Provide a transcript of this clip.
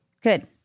Good